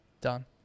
Done